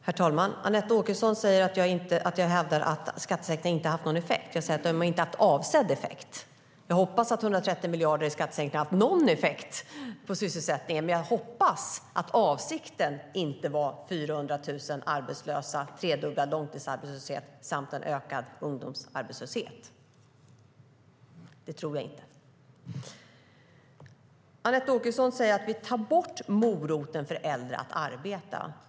Herr talman! Anette Åkesson säger att jag hävdar att skattesänkningen inte har haft någon effekt. Men det jag säger är att de inte har haft avsedd effekt. Jag hoppas att 130 miljarder i skattesänkningar har haft någon effekt på sysselsättningen. Men jag hoppas att avsikten inte var 400 000 arbetslösa, en tredubblad långtidsarbetslöshet samt en ökad ungdomsarbetslöshet. Det tror jag inte. Anette Åkesson säger att vi tar bort moroten för äldre att arbeta.